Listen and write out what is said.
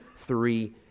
three